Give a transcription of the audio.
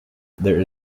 there